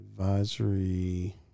advisory